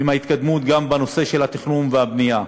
עם ההתקדמות גם בנושא של התכנון והבנייה.